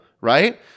right